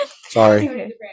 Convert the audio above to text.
sorry